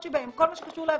כל מה שקשור לאביזרים,